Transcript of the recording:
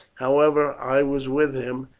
however, i was with him,